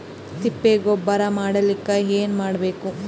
ತಿಪ್ಪೆ ಗೊಬ್ಬರ ಮಾಡಲಿಕ ಏನ್ ಮಾಡಬೇಕು?